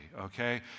okay